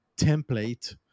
template